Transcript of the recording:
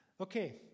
Okay